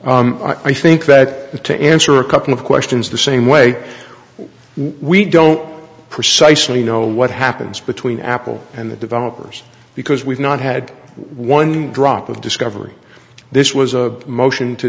i think that to answer a couple of questions the same way we don't precisely know what happens between apple and the developers because we've not had one drop of discovery this was a motion to